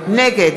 נגד